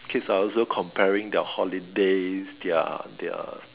kids are also comparing their holidays their their